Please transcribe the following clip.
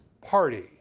party